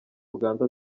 uganda